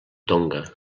tonga